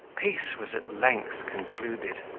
peace was at length concluded,